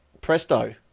Presto